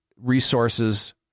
resources